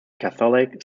catholic